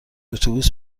اتوبوس